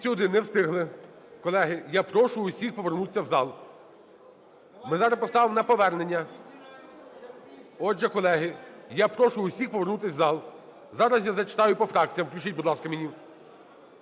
За-201 Не встигли. Колеги, я прошу всіх повернутися в зал. Ми зараз поставимо на повернення. Отже, колеги, я прошу всіх повернутися в зал. Зараз я зачитаю по фракціях, включіть, будь ласка, мені.